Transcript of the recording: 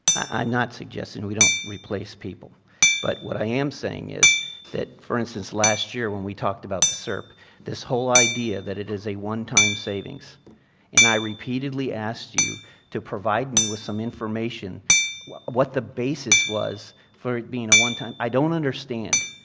not suggesting we don't replace people but what i am saying is that for instance, last year when we talked about srp this whole idea that it is a one time savings and i repeatedly ask you to provide me with some information what what the basis was for being a one time i don't understand,